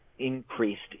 increased